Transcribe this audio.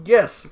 Yes